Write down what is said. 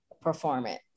performance